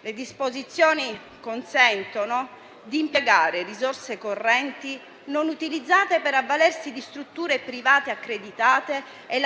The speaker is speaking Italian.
Le disposizioni consentono di impiegare risorse correnti non utilizzate, per avvalersi di strutture private accreditate, e